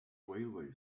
railway